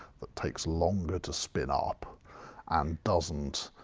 that takes longer to spin up and doesn't,